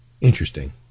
Interesting